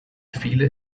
viele